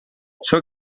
sóc